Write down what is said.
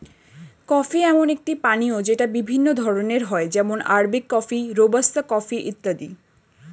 coffee এমন একটি পানীয় যেটা বিভিন্ন ধরণের হয় যেমন আরবিক কফি, রোবাস্তা কফি ইত্যাদি